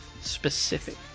specific